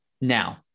Now